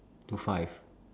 to five